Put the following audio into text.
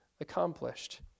accomplished